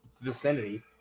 vicinity